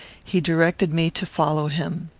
he directed me to follow him.